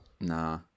Nah